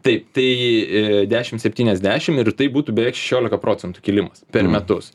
taip tai dešim septyniasdešim ir tai būtų beveik šešiolika procentų kilimas per metus